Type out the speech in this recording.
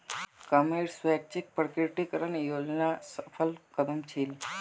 कमाईर स्वैच्छिक प्रकटीकरण योजना सफल कदम छील